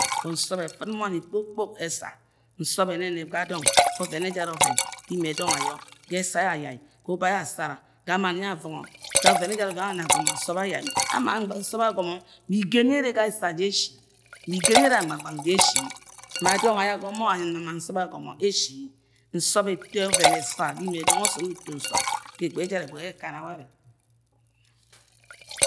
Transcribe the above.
But nsọp ẹftn mọni kpo kpok eesa nsop enes ga dong ga ovem ejara coven ga lime dong ayọ ga esạ ye ayai ga ubayl yẹ asara ga mann yẹ avongo ga ovẹn ejara oven ye ama gomo nsop aggai ama nsọp ayome ma igen ye ere ga esa ja eshi ma igen yẹ ere gu mgbang mgbang da eshi ma dọng ayo ago ayomọ ama ma nsop agome eshi nsop eto oven efa ga ime dong if osom uto msop ga egbe ge ehera egbiye yẹ ekama warẹ